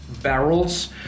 barrels